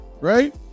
right